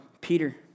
Peter